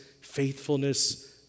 faithfulness